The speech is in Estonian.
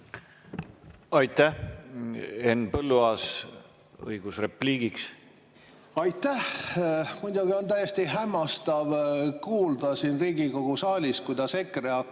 Aitäh! Henn Põlluaas, õigus repliigiks. Aitäh! Muidugi on täiesti hämmastav kuulda siin Riigikogu saalis, kuidas EKRE